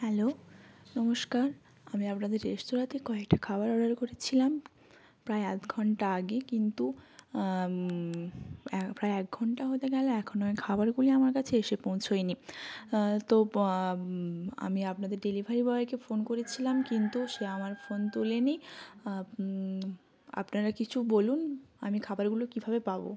hello নমস্কার আমি আপনাদের রেস্তোরাঁতে কয়েকটা খাবার অর্ডার করেছিলাম প্রায় আধ ঘন্টা আগে কিন্তু প্রায় এক ঘন্টা হয়ে গেলো আর এখনো খাবারগুলি আমার কাছে এসে পৌঁছোয়নি তো আমি আপনাদের ডেলিভারি বয়কে ফোন করেছিলাম কিন্তু সে আমার ফোন তোলেনি আপনারা কিচু বলুন আমি খাবারগুলো কীভাবে পাবো